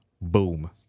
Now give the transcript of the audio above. Boom